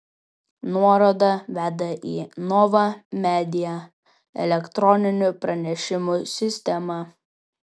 nuoroda veda į nova media elektroninių pranešimų sistemą